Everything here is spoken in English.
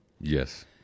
Yes